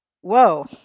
Whoa